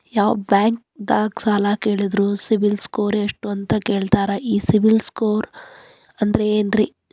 ಯಾವ ಬ್ಯಾಂಕ್ ದಾಗ ಸಾಲ ಕೇಳಿದರು ಸಿಬಿಲ್ ಸ್ಕೋರ್ ಎಷ್ಟು ಅಂತ ಕೇಳತಾರ, ಈ ಸಿಬಿಲ್ ಸ್ಕೋರ್ ಅಂದ್ರೆ ಏನ್ರಿ?